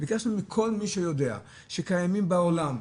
ביקשנו מכל מי שיודע שקיים בעולם,